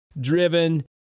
driven